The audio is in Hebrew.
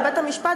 ובית-המשפט,